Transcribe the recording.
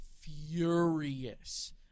furious